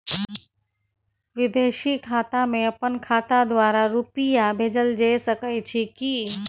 विदेशी खाता में अपन खाता द्वारा रुपिया भेजल जे सके छै की?